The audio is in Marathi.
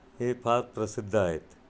हे फार प्रसिद्ध आहेत